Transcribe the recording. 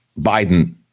Biden